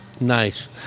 Nice